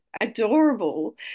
adorable